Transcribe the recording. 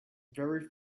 very